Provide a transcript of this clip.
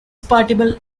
particle